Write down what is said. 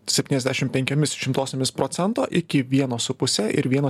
septyniasdešim penkiomis šimtosiomis procento iki vieno su puse ir vieno